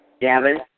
Gavin